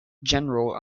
general